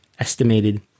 Estimated